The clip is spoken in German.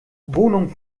wohnung